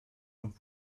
und